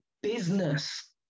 business